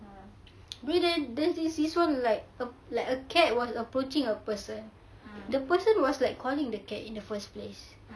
abeh there there's this one like a like a cat was approaching a person the person was like calling the cat in the first place